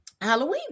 Halloween